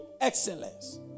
excellence